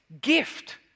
gift